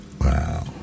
Wow